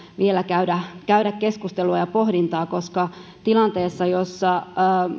vielä käydä käydä keskustelua ja pohdintaa koska tilanteessa jossa